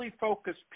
focused